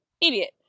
idiot